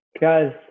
Guys